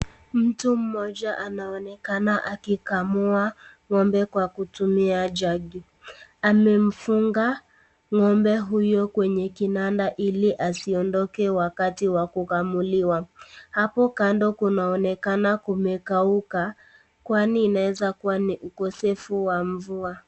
Mtu mmoja anaonekana akikamua ng'ombe kwa kutumia jegi amemfunga ng'ombe huyo kwenye kinanda ili asiondoke wakati wa kukamuliwa. Hapo kando kunaonekana kumekauka kwani inaweza kuwa ni ukosefu wa mvua.